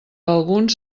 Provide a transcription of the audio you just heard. alguns